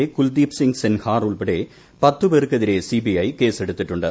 A Kuldeep Singh Sengar ഉൾപ്പെടെ പത്ത് പേർക്കെതിരെ സിബിഐ കേസെടുത്തിട്ടുണ്ട്